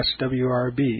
swrb